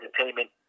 Entertainment